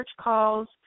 calls